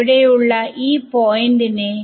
ഇവിടെയുള്ള ഈ പോയിന്റ് നെ